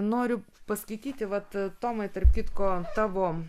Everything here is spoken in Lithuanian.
noriu paskaityti vat tomai tarp kitko tavo